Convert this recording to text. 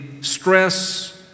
stress